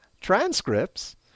transcripts